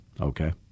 okay